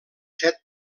set